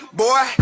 boy